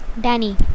danny